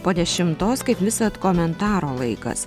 po dešimtos kaip visad komentaro laikas